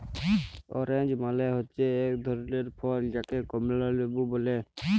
orange মালে হচ্যে এক ধরলের ফল যাকে কমলা লেবু ব্যলে